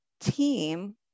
team